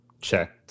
checked